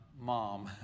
mom